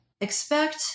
expect